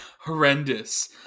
horrendous